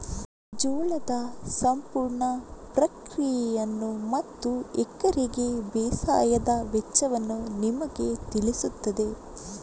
ಜೋಳದ ಸಂಪೂರ್ಣ ಪ್ರಕ್ರಿಯೆಯನ್ನು ಮತ್ತು ಎಕರೆಗೆ ಬೇಸಾಯದ ವೆಚ್ಚವನ್ನು ನಿಮಗೆ ತಿಳಿಸುತ್ತದೆ